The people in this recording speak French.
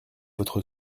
votre